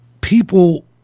people